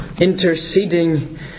interceding